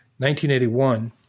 1981